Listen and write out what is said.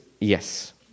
yes